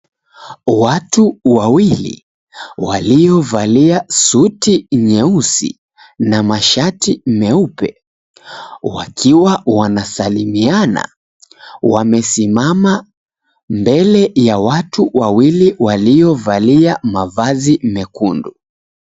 Watu wawili waliovalia suti nyeusi na mashati meupe wakiwa wanasalimiana wamesimama mbele ya watu wawili waliovalia mavazi mekundu.